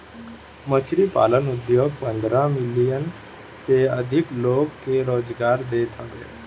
मछरी पालन उद्योग पन्द्रह मिलियन से अधिका लोग के रोजगार देत हवे